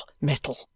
metal